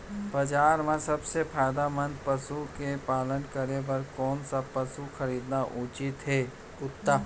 बजार म सबसे फायदामंद पसु के पालन करे बर कोन स पसु खरीदना उचित हे?